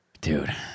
Dude